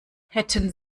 hätten